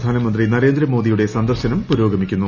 പ്രധാനമന്ത്രി നരേന്ദ്രമോദിയുടെ സന്ദർശനം പുരോഗമിക്കുന്നു